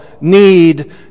need